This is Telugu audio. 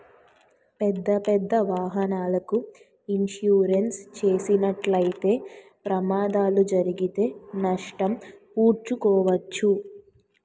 పెద్దపెద్ద వాహనాలకు ఇన్సూరెన్స్ చేసినట్లయితే ప్రమాదాలు జరిగితే నష్టం పూడ్చుకోవచ్చు